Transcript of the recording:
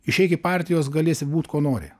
išeik į partijos galėsi būt kuo nori